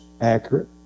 accurate